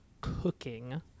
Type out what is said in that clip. cooking